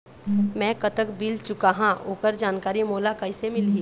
मैं कतक बिल चुकाहां ओकर जानकारी मोला कइसे मिलही?